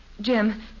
Jim